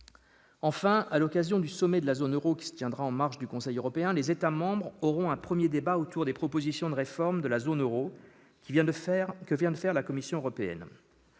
Enfin, à l'occasion du sommet de la zone euro, qui se tiendra en marge du Conseil européen, les États membres auront un premier débat autour des propositions de réforme de la zone euro que vient de faire la Commission européenne.